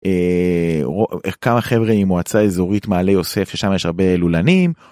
כמה חבר׳ה ממועצה אזורית מעלה יוסף שם יש הרבה לולנים.